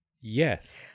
Yes